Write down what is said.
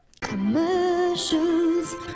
Commercials